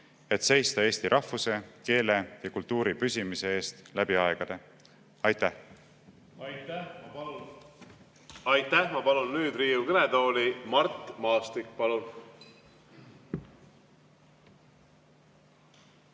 et seista eesti rahvuse, keele ja kultuuri püsimise eest läbi aegade. Aitäh! Aitäh! Ma palun nüüd Riigikogu kõnetooli Mart Maastiku. Palun!